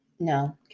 No